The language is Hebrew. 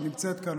שנמצאת כאן,